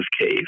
Cave